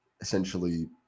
essentially